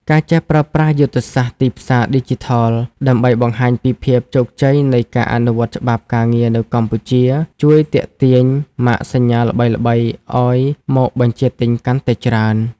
ការចេះប្រើប្រាស់យុទ្ធសាស្ត្រទីផ្សារឌីជីថល ដើម្បីបង្ហាញពីភាពជោគជ័យនៃការអនុវត្តច្បាប់ការងារនៅកម្ពុជា ជួយទាក់ទាញម៉ាកសញ្ញាល្បីៗឱ្យមកបញ្ជាទិញកាន់តែច្រើន។